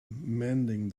mending